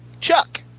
Chuck